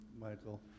Michael